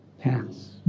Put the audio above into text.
pass